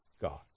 God